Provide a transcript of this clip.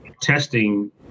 testing